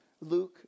Luke